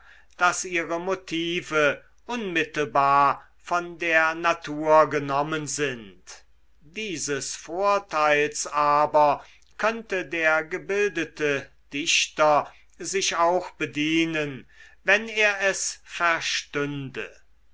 daß ihre motive unmittelbar von der natur genommen sind dieses vorteils aber könnte der gebildete dichter sich auch bedienen wenn er es verstünde